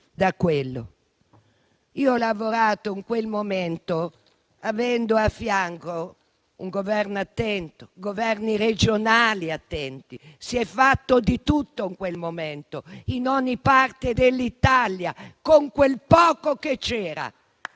Io ho lavorato, in quel momento, avendo a fianco un Governo attento e governi regionali attenti. Si è fatto di tutto in quel momento, in ogni parte dell'Italia, con quel poco che c'era.